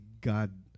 God